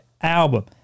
album